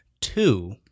Two